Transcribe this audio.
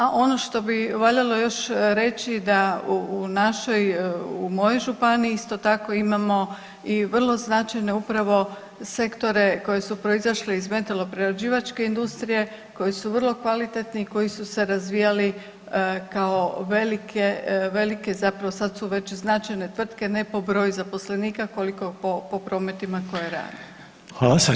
A ono što bi voljela još reći da u našoj, u mojoj županiji isto tako imamo i vrlo značajne upravo sektore koji su proizašli iz metaloprerađivačke industrije, koji su vrlo kvalitetni i koji su se razvijali kao velike, velike, zapravo sad su već i značajne tvrtke ne po broju zaposlenika koliko po, po prometima koje rade.